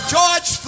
George